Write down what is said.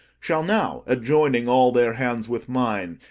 shall now, adjoining all their hands with mine,